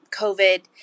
COVID